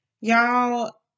y'all